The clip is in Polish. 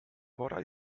pora